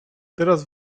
teraz